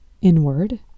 inward